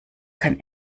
kann